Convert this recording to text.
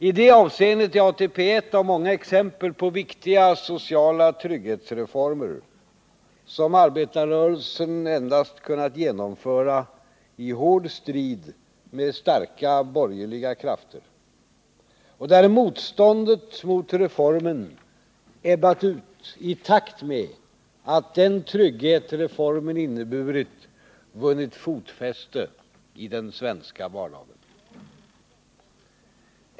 I det avseendet är ATP ett av många exempel på viktiga sociala trygghetsreformer, som arbetarrörelsen endast kunnat genomföra i hård strid med starka borgerliga krafter och där motståndet mot reformen ebbat ut i takt med att den trygghet reformen inneburit vunnit fotfäste i den svenska vardagen.